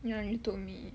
ya you told me